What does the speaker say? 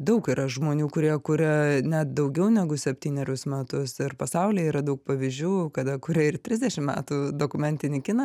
daug yra žmonių kurie kuria net daugiau negu septynerius metus ir pasaulyje yra daug pavyzdžių kada kuria ir trisdešim metų dokumentinį kiną